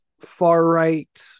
far-right